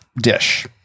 dish